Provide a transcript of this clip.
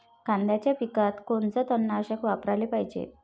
कांद्याच्या पिकात कोनचं तननाशक वापराले पायजे?